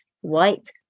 white